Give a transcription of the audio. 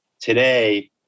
today